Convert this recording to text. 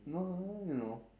no I don't know